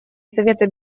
совета